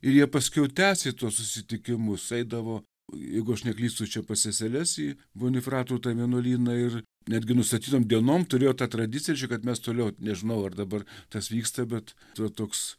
ir jie paskiau tęsė tuos susitikimus eidavo jeigu aš neklystu čia pas seseles į bonifratrų vienuolyną ir netgi nustatytom dienom turėjo tą tradiciją kad mes toliau nežinau ar dabar tas vyksta bet tai va toks